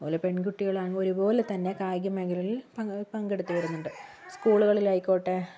അതുപോലെ പെൺകുട്ടികളാ ഒരുപോലെ തന്നെ കായികമേഖലകളിൽ പങ്കെ പങ്കെടുത്തു വരുന്നുണ്ട് സ്ക്കൂളുകളിലായിക്കോട്ടെ